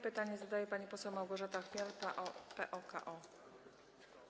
Pytanie zadaje pani poseł Małgorzata Chmiel, PO-KO.